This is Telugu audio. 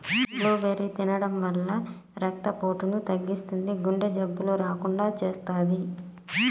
బ్లూబెర్రీ తినడం వల్ల రక్త పోటును తగ్గిస్తుంది, గుండె జబ్బులు రాకుండా చేస్తాది